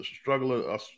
struggling